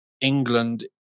England